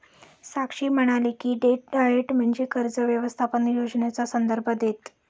साक्षी म्हणाली की, debt diet म्हणजे कर्ज व्यवस्थापन योजनेचा संदर्भ देतं